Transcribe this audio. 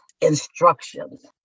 instructions